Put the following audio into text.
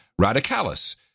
radicalis